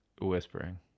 Whispering